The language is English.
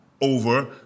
over